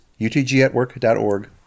utgatwork.org